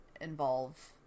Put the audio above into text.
involve